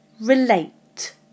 Relate